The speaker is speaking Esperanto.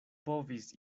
povis